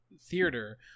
theater